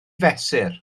fesur